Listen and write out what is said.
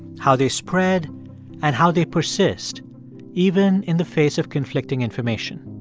how they spread and how they persist even in the face of conflicting information.